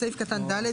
בסעיף קטן (ד),